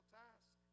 task